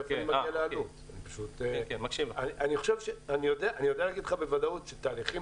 אני יודע להגיד לך בוודאות שתהליכים